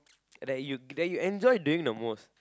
that you that you enjoy doing the most